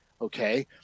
Okay